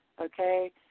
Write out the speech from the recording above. Okay